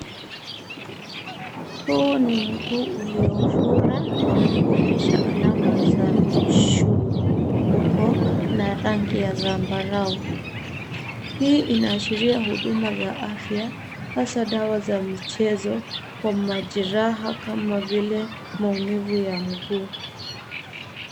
Huu ni mguu uliofura na kuonesha alama za (cs)michuu(cs) huko na rangi ya zambarau. Hii inaashiria huduma za afya, hasa dawa za michezo kwa majeraha kama vile maumivu ya mguu.